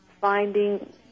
finding